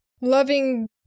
loving